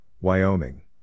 Wyoming